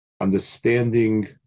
understanding